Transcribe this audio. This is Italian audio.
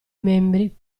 membri